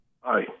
Hi